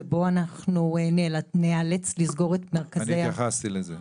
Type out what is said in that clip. שבו אנחנו נאלץ לסגור את מרכזי ה- אני התייחסתי לזה,